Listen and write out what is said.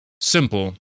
simple